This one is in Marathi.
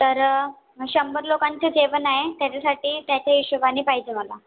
तर शंभर लोकांचं जेवण आहे त्याच्यासाठी त्याच्या हिशोबाने पाहिजे मला